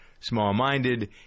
small-minded